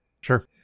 Sure